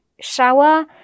shower